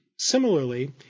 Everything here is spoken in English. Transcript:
Similarly